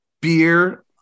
Beer